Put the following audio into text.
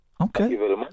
Okay